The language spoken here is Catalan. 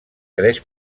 tres